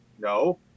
No